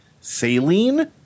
Saline